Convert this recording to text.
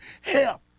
help